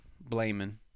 blaming